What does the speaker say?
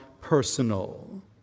personal